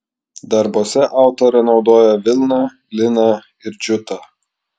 darbuose autorė naudoja vilną liną ir džiutą